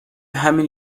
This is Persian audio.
همین